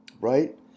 right